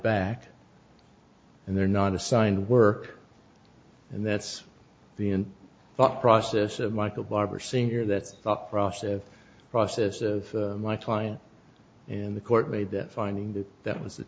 back and they're not assigned work and that's the end thought process of michael barber senior that thought process process of my client and the court made that finding th